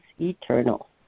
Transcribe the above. eternal